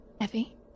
Effie